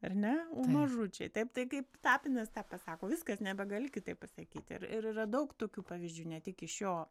ar ne mažučiai taip tai kaip tapinas tą pasako viskas nebegali kitaip pasakyti ir ir yra daug tokių pavyzdžių ne tik iš jo